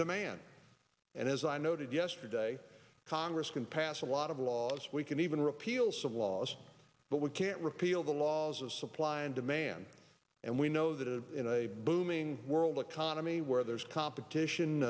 demand and as i noted yesterday congress can pass a lot of laws we can even repeal civil laws but we can't repeal the laws of supply and demand and we know that in a booming world economy where there's competition